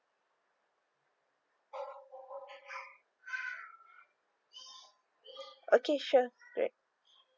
okay sure great